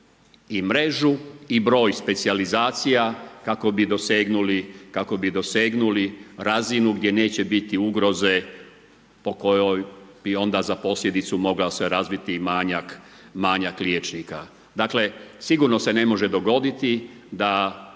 i mrežu i broj specijalizacija, kako bi dosegnuli razinu gdje neće biti ugroze po kojoj bi onda za posljedicu mogao se razviti manjak liječnika. Dakle sigurno se ne može dogoditi, da